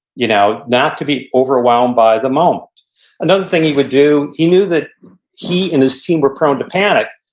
you know not to be overwhelmed by the moment another thing he would do, he knew that he and his team were prone to panic.